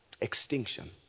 extinction